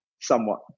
somewhat